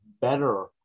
better